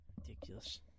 Ridiculous